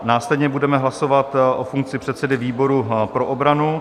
Následně budeme hlasovat o funkci předsedy výboru pro obranu.